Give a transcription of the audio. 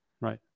Right